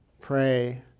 pray